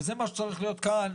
וזה מה שצריך להיות כאן.